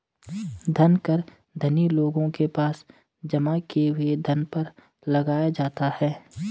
धन कर धनी लोगों के पास जमा किए हुए धन पर लगाया जाता है